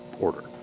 order